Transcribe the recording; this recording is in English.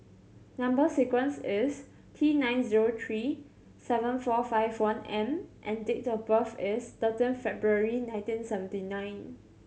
number sequence is T nine zero three seven four five one M and date of birth is thirteen February nineteen seventy nine